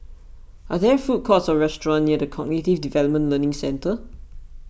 are there food courts or restaurants near the Cognitive Development Learning Centre